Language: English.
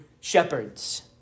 shepherds